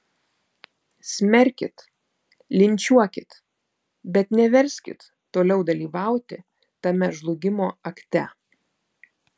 smerkit linčiuokit bet neverskit toliau dalyvauti tame žlugimo akte